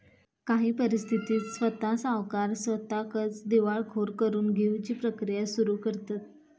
काही परिस्थितीत स्वता सावकार स्वताकच दिवाळखोर करून घेउची प्रक्रिया सुरू करतंत